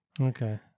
Okay